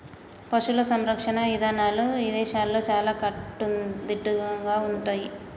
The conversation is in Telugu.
పశువుల సంరక్షణ ఇదానాలు ఇదేశాల్లో చాలా కట్టుదిట్టంగా ఉంటయ్యి